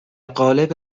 قالب